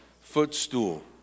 footstool